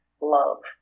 love